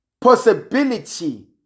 possibility